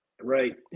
right